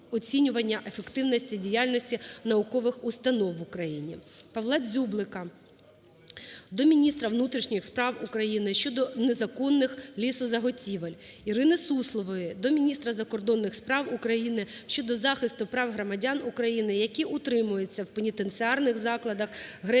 ПавлаДзюблика до міністра внутрішніх справ України щодо незаконних лісозаготівель. ІриниСуслової до міністра закордонних справ України щодо захисту прав громадян України, які утримуються в пенітенціарних закладах Грецької